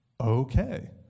okay